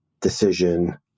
decision